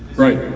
right.